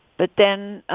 but then